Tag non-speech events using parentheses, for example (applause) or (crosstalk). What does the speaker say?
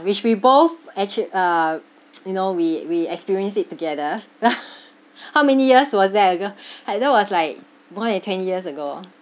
which we both actu~ uh (noise) you know we we experience it together (laughs) how many years was that ago I think it was like more than ten years ago